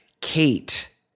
Kate